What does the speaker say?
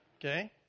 Okay